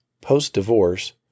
post-divorce